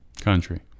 country